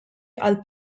għall